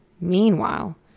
Meanwhile